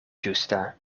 ĝusta